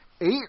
Eight